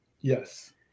yes